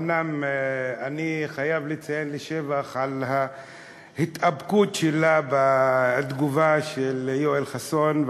אומנם אני חייב לציין לשבח את ההתאפקות שלה בתגובה על יואל חסון,